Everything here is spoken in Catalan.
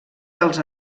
dels